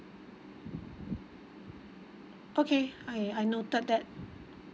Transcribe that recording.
okay I I noted that